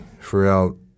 throughout